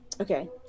okay